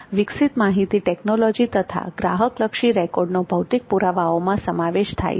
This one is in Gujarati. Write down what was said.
વિકસિત માહિતી ટેકનોલોજી તથા ગ્રાહક લક્ષી રેકોર્ડનો ભૌતિક પુરાવાઓમાં સમાવેશ થાય છે